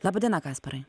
laba diena kasparai